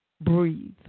Breathe